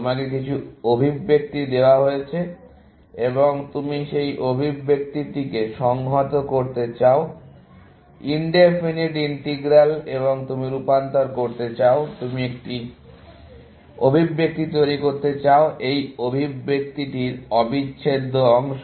তোমাকে কিছু অভিব্যক্তি দেওয়া হয়েছে এবং তুমি সেই অভিব্যক্তিটিকে সংহত করতে চাও ইনডেফিনিট ইন্টেগ্রাল এবং তুমি রূপান্তর করতে চাও তুমি একটি অভিব্যক্তি তৈরি করতে চাও এই অভিব্যক্তিটির অবিচ্ছেদ্য অংশ